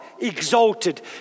exalted